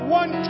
one